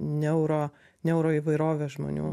neuro neuroįvairovės žmonių